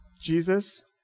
Jesus